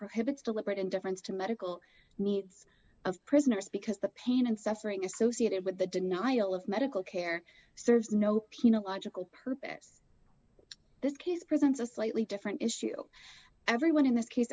prohibits deliberate indifference to medical needs of prisoners because the pain and suffering associated with the denial of medical care serves no pain no logical purpose this case presents a slightly different issue everyone in this case